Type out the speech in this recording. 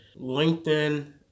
LinkedIn